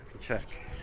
check